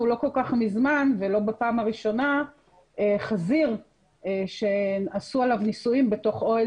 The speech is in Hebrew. לא כל כך מזמן ולא בפעם הראשונה חזיר שעשו עליו ניסויים בתוך אוהל